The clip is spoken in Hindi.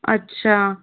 अच्छा